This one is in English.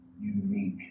Unique